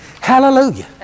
Hallelujah